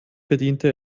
bediente